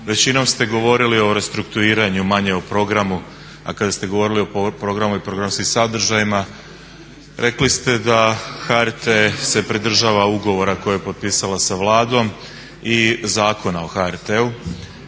Većinom ste govorili o restrukturiranju, manje o programu, a kada ste govorili o programu i programskim sadržajima rekli ste da HRT se pridržava ugovora koji je potpisala sa Vladom i Zakona o HRT-u